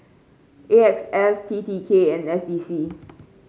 A X S T T K and S D C